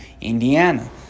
indiana